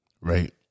right